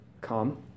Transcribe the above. come